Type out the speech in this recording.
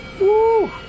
Woo